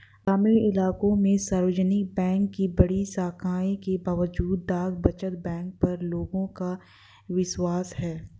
ग्रामीण इलाकों में सार्वजनिक बैंक की बड़ी संख्या के बावजूद डाक बचत बैंक पर लोगों का विश्वास है